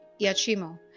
Yachimo